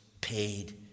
paid